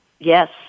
Yes